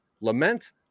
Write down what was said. lament